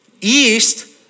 east